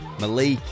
Malik